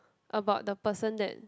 about the person that